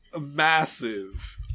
massive